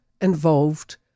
involved